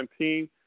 2017